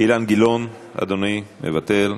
אילן גילאון, אדוני, מוותר.